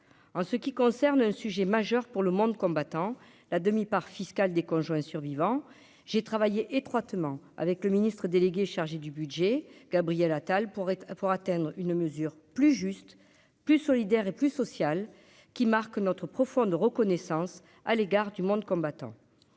en ce qui concerne un sujet majeur pour le monde combattant la demi-part fiscale des conjoints survivants, j'ai travaillé étroitement avec le Ministre délégué chargé du Budget Gabriel Attal pour pour atteindre une mesure plus juste, plus solidaire et plus sociale qui marque notre profonde reconnaissance à l'égard du monde combattant,